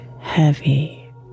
heavy